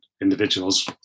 individuals